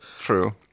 True